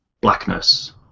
Blackness